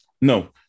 no